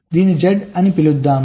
దీనిని Z అని పిలుద్దాం